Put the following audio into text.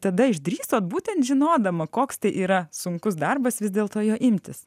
tada išdrįsot būtent žinodama koks tai yra sunkus darbas vis dėlto jo imtis